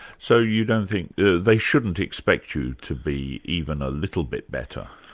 so you don't think they shouldn't expect you to be even a little bit better?